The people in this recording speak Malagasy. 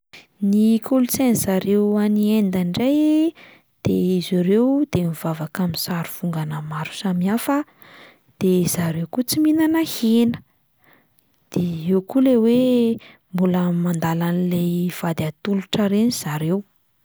Ny kolontsain'zareo any Inde indray de izy ireo de mivavaka amin'ny sary vongana maro samihafa, de zareo koa tsy mihinana hena, de eo koa ilay hoe mbola mandala an'ilay vady atolotra ireny zareo.